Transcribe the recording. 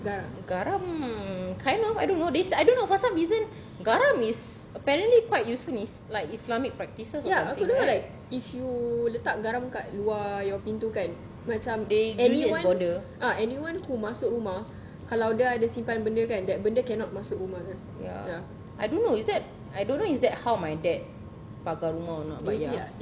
garam kind of I don't know this I don't know for some reason garam is apparently quite useful in like islamic practices right they use it as border ya I don't know is that I don't know is that how my dad pagar rumah or not but ya